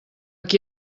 qui